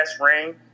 ring